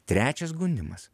trečias gundymas